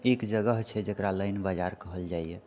एक जगह छै जेकरा लायन बजार कहल जाइए